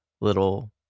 little